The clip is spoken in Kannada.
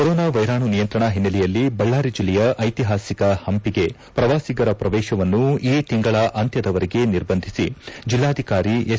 ಕೊರೋನಾ ವೈರಾಣು ನಿಯಂತ್ರಣ ಓನೈಲೆಯಲ್ಲಿ ಬಳ್ಳಾರಿ ಜಿಲ್ಲೆಯ ಐತಿಹಾಸಿಕ ಪಂಪಿಗೆ ಪ್ರವಾಸಿಗರ ಪ್ರವೇಶವನ್ನು ಈ ತಿಂಗಳ ಅಂತ್ತದವರೆಗೆ ನಿರ್ಬಂಧಿಸಿ ಜಿಲ್ಲಾಧಿಕಾರಿ ಎಸ್